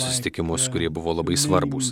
susitikimus kurie buvo labai svarbūs